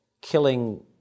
killing